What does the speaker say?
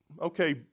okay